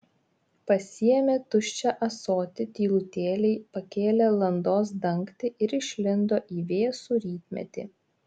pasiėmė tuščią ąsotį tylutėliai pakėlė landos dangtį ir išlindo į vėsų rytmetį